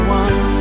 one